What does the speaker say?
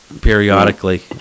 periodically